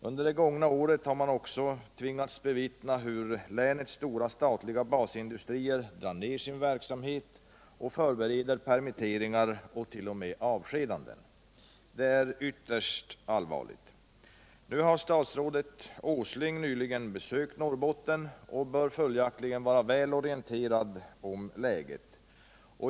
Under det gångna året har man också tvingats bevittna hur länets stora statliga basindustrier drar ner sin verksamhet och förbereder permitteringar ocht.o.m. avskedanden. Det är ytterst allvarligt. Statsrådet Åsling har nyligen besökt Norrbotten och bör följaktligen vara väl orienterad om läget.